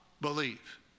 believe